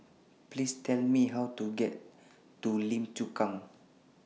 Please Tell Me How to get to Lim Chu Kang